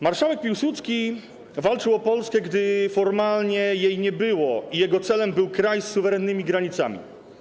Marszałek Piłsudski walczył o Polskę, gdy formalnie jej nie było, i jego celem był kraj z suwerennymi granicami.